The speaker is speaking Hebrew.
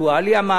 המעביד,